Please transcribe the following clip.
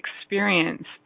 experience